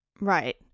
Right